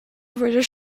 voyage